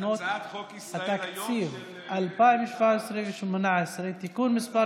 לשנות התקציב 2017 ו-2018) (תיקון מס'